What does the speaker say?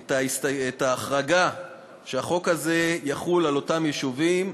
את ההחרגה שהחוק הזה יחול על אותם יישובים,